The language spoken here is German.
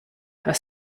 herr